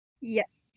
Yes